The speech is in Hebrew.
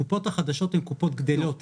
הקופות החדשות הן קופות גדלות,